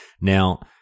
Now